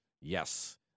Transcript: yes